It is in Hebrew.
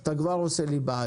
אתה כבר עושה לי בעיות.